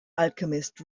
alchemist